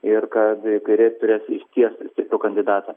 ir kad kairieji turės išties stiprų kandidatą